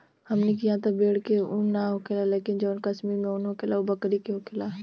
हमनी किहा त भेड़ के उन ना होखेला लेकिन जवन कश्मीर में उन होखेला उ बकरी के होखेला